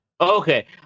Okay